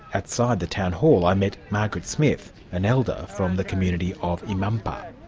outside the town hall i met margaret smith, an elder from the community of imampa.